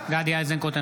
גדי איזנקוט,